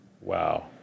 Wow